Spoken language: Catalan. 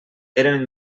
eren